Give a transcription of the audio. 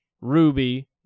ruby